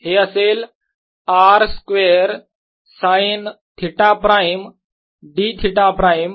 हे असेल R square sine theta prime dӨ prime dΦ prime